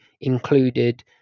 included